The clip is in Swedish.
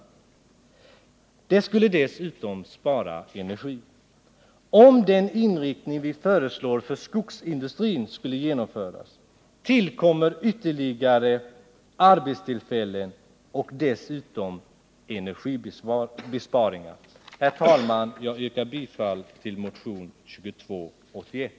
De skulle dessutom spara energi. Om den inriktning vi föreslår för skogsindustrin skulle genomföras, tillkommer ytterligare arbetstillfällen och dessutom energibesparingar. Herr talman! Jag yrkar bifall till motionen 2281.